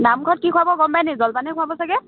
নামঘৰত কি খোৱাব গম পাইনি জলপানহে খুৱাব চাগে